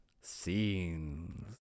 scenes